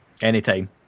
anytime